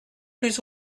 plus